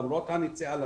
למרות ההצעה לתושבים.